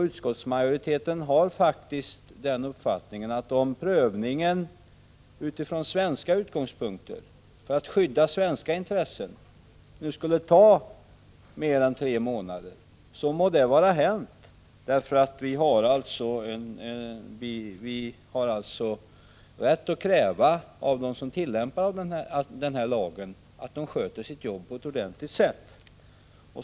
Utskottsmajoriteten har den uppfattningen, att om prövningen skulle ta mer än tre månader må det vara hänt om det skyddar svenska intressen. Vi har rätt att kräva av dem som tillämpar lagen att de sköter sitt jobb på ett ordentligt sätt.